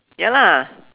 ya lah